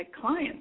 clients